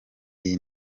iyi